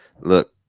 Look